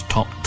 Top